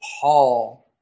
Paul